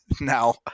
Now